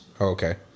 Okay